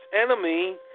enemy